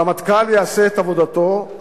הרמטכ"ל יעשה את עבודתו,